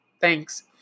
thanks